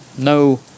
no